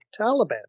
Taliban